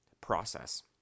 process